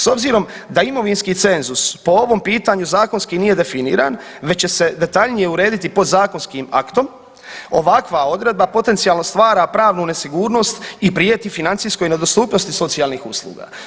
S obzirom da imovinski cenzus po ovom pitanju zakonski nije definiran već će se detaljnije urediti podzakonskim aktom ovakva odredba potencijalno stvara pravnu nesigurnost i prijeti financijskoj nedostupnosti socijalnih usluga.